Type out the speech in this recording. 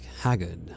haggard